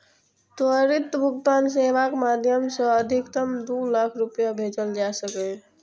त्वरित भुगतान सेवाक माध्यम सं अधिकतम दू लाख रुपैया भेजल जा सकैए